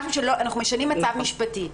אנחנו משנים מצב משפטי.